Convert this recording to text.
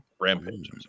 Rampage